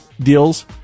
deals